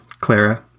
Clara